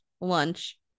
lunch